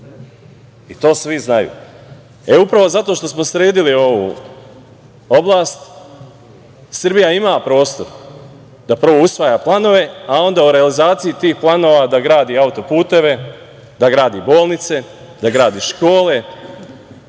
i to svi znaju. Upravo zato što smo sredili ovu oblast Srbija ima prostor da prvo usvaja planove, a onda u realizaciji tih planova da gradi autoputeve, da gradi bolnice, da gradi škole,